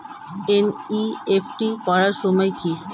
NEFT করার নিয়ম কী?